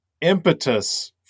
impetus